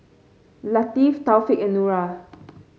Latif Taufik and Nura